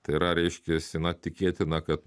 tai yra reiškiasi na tikėtina kad